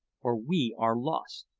or we are lost!